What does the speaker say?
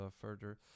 further